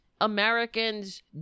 Americans